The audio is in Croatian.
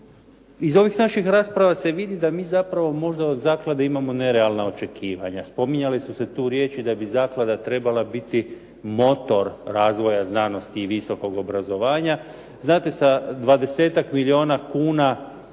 Iz ovih naših rasprava se vidi da mi zapravo možda od zaklade imamo nerealna očekivanja. Spominjale su se tu riječi da bi zaklada trebala biti motor razvoja znanosti i visokog obrazovanja. Znate, sa 20-tak milijuna kuna